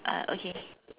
uh okay